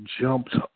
jumped